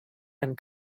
and